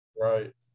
Right